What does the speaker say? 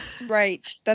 Right